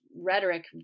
rhetoric